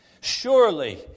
Surely